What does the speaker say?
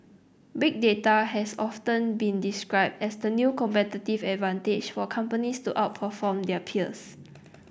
Big Data has often been described as the new competitive advantage for companies to outperform their peers